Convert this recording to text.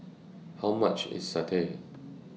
How much IS Satay